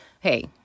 Hey